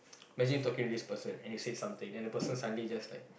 imagine talking to this person and he said something then the person suddenly just like